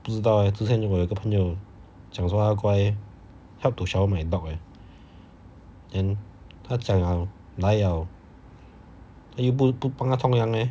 不知道 eh 之前我有一个朋友讲说它过来 help to shower my dog ah then 他讲了来了他又不不帮它冲凉 leh